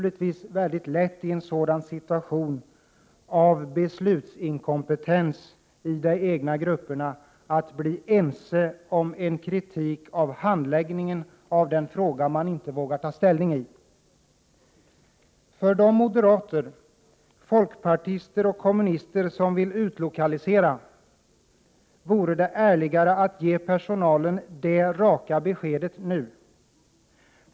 I en sådan situation av beslutsinkompetens i de egna grupperna är det naturligtvis lätt att bli ense om en kritik av handläggningen av frågan. För de moderater, folkpartister och kommunister som vill utlokalisera vore det ärligare att ge personalen det raka beskedet nu.